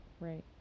Right